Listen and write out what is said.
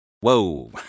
Whoa